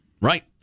right